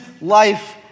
life